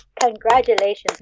congratulations